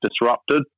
disrupted